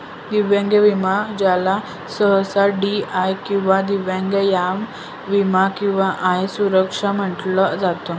दिव्यांग विमा ज्याला सहसा डी.आय किंवा दिव्यांग आय विमा किंवा आय सुरक्षा म्हटलं जात